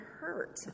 hurt